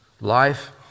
life